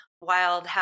wild